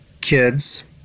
kids